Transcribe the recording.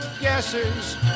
guesses